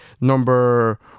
number